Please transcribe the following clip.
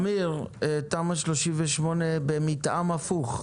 אבל אמיר, תמ"א 38 היא במתאם הפוך.